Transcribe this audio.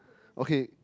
okay